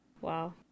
Wow